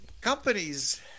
companies